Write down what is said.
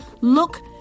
look